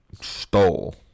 stole